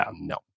no